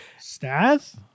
Staff